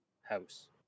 house